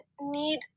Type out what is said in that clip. need